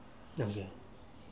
mmhmm